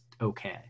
okay